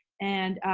and